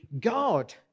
God